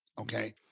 okay